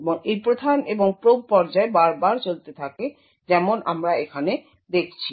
এবং এই প্রধান এবং প্রোব পর্যায় বারবার চলতে থাকে যেমন আমরা এখানে দেখছি